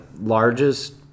largest